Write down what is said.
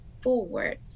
forward